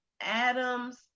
Adams